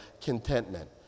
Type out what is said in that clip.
contentment